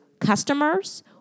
Customers